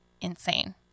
insane